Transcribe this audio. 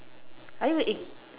are you gonna ig~